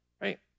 right